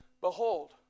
Behold